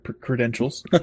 credentials